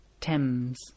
Thames